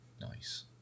nice